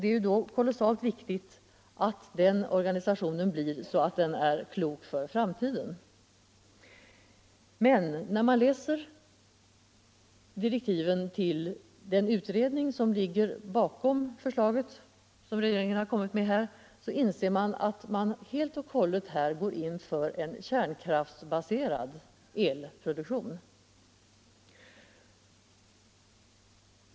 Det är då kolossalt viktigt att vi får en organisation som är klok för framtiden. När man läser direktiven till den utredning som ligger bakom det förslag regeringen framlagt inser man att regeringen här helt och hållet gått in för en kärnkraftsbaserad elproduktion.